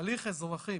בהליך דין אזרחי,